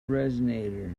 resonator